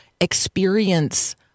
experience